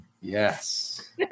Yes